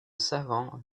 savant